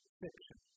fiction